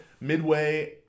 Midway